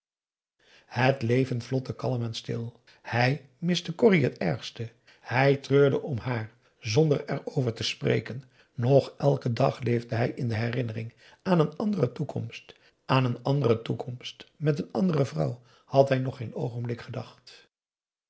het leven vlotte kalm en stil hij miste corrie het ergste hij treurde om haar zonder er over te spreken nog elken dag leefde hij in de herinnering aan een andere toekomst met een andere vrouw had hij nog geen oogenblik gedacht